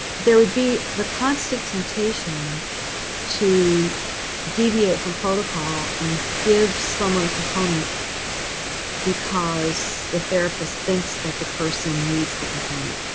there would be the constant temptation to deviate from protocol and give someone a component because the therapist thinks that the person needs the component.